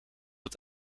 het